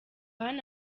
hano